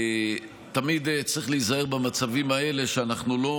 תמיד צריך להיזהר במצבים האלה שאנחנו לא